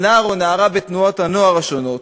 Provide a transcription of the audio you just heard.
על נער או נערה בתנועות הנוער השונות,